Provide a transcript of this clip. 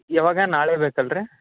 ಯಾವಾಗ ನಾಳೆ ಬೇಕು ಅಲ್ಲಾ ರೀ